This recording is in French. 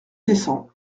descend